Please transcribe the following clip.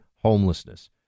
homelessness